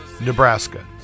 Nebraska